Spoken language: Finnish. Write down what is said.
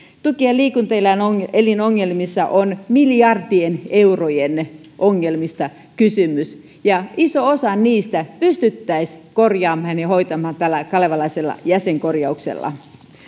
tuki ja liikuntaelinongelmissa on miljardien eurojen ongelmista kysymys ja iso osa niistä pystyttäisiin korjaamaan ja hoitamaan tällä kalevalaisella jäsenkorjauksella